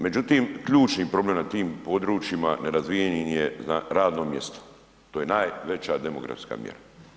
Međutim ključni problem na tim područjima nerazvijenim je radno mjesto, to je najveća demografska mjera.